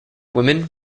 women